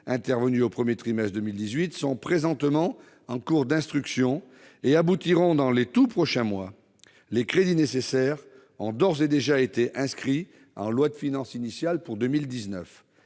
survenue au premier trimestre de 2018, sont présentement en cours d'instruction. Elles aboutiront dans les tout prochains mois ; les crédits nécessaires ont d'ores et déjà été inscrits en loi de finances initiale pour 2019.